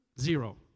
zero